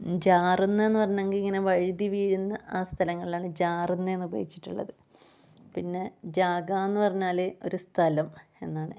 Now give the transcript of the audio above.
ജാറുന്നേന്നു പറഞ്ഞെങ്കിൽ ഇങ്ങനെ വഴുതി വീഴുന്ന ആ സ്ഥലങ്ങളാണ് ജറുന്നേന്നു ഉപയോഗിച്ചിട്ടുള്ളത് പിന്നെ ജാഗാന്ന് പറഞ്ഞാല് ഒരു സ്ഥലം എന്നാണ്